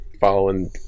following